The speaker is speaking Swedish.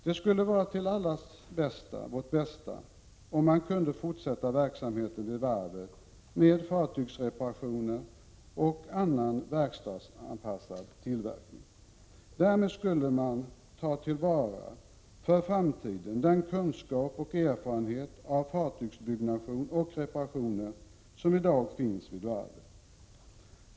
Det skulle vara till allas bästa om verksamheten vid varvet kunde fortsätta med fartygsreparationer och annan verkstadsanpassad tillverkning. Därmed skulle man för framtiden ta till vara den kunskap och erfarenhet av fartygsbyggnation och reparationer som i dag finns vid varvet.